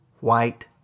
White